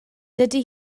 dydy